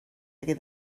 hagué